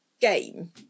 game